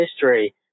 history